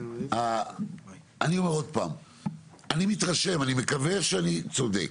אני מתרשם, אני מקווה שאני צודק,